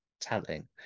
telling